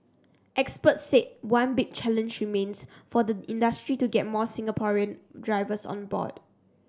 experts said one big challenge remains for the industry to get more Singaporean drivers on board